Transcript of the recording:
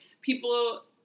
people